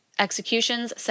Executions